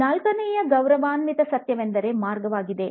ನಾಲ್ಕನೆಯ ಗೌರವಾನ್ವಿತ ಸತ್ಯವೆಂದರೆ "ಮಾರ್ಗ" ವಾಗಿದೆ